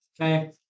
Okay